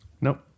Nope